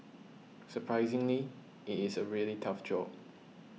surprisingly it is a really tough job